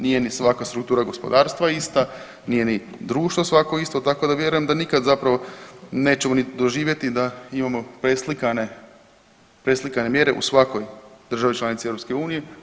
Nije ni svaka struktura gospodarstva ista, nije ni društvo svako isto tako da vjerujem da nikad zapravo nećemo niti doživjeti da imamo preslikane mjere u svakoj državi članici EU.